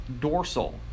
dorsal